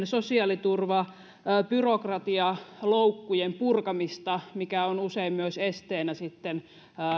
sosiaaliturvabyrokratiaa loukkujen purkamista mikä on usein myös esteenä